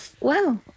wow